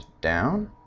down